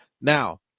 Now